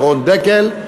ירון דקל,